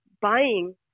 buying